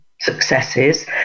successes